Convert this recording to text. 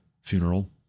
funeral